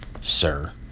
sir